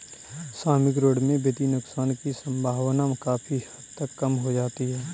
सामूहिक ऋण में वित्तीय नुकसान की सम्भावना काफी हद तक कम हो जाती है